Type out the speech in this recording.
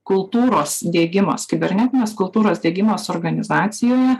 kultūros diegimas kibernetinės kultūros diegimas organizacijoje